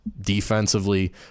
defensively